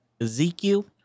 Ezekiel